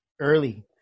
early